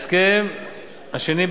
הסכם שני,